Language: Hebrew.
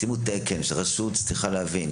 שימו תקן כי רשות צריכה להבין.